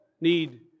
need